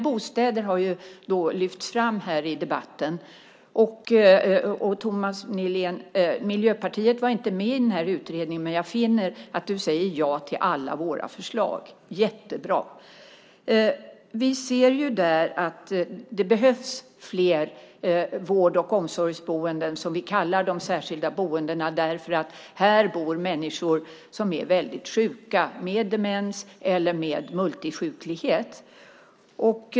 Bostäder har lyfts fram här i debatten. Miljöpartiet var inte med i den här utredningen, men jag finner att Thomas Nihlén säger ja till alla våra förslag. Jättebra! Vi ser att det behövs fler vård och omsorgsboenden, som vi kallar de särskilda boendena, för där bor människor som är väldigt sjuka, med demens eller med multisjuklighet.